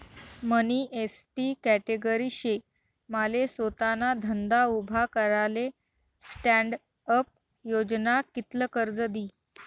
मनी ST category शे माले सोताना धंदा उभा कराले स्टॅण्डअप योजना कित्ल कर्ज दी?